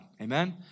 amen